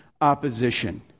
opposition